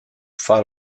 far